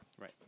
Right